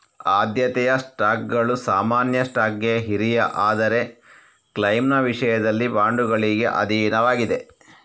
ಆದ್ಯತೆಯ ಸ್ಟಾಕ್ಗಳು ಸಾಮಾನ್ಯ ಸ್ಟಾಕ್ಗೆ ಹಿರಿಯ ಆದರೆ ಕ್ಲೈಮ್ನ ವಿಷಯದಲ್ಲಿ ಬಾಂಡುಗಳಿಗೆ ಅಧೀನವಾಗಿದೆ